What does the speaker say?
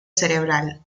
cerebral